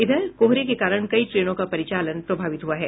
इधर कोहरे के कारण कई ट्रेनों का परिचालन प्रभावि हुआ है